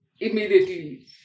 immediately